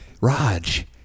Raj